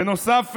בנוסף,